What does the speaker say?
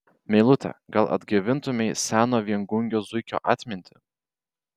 meilute gal atgaivintumei seno viengungio zuikio atmintį